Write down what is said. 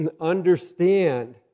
understand